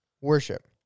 worship